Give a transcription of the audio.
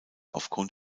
aufgrund